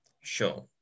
Sure